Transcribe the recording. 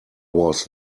was